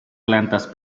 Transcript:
plantas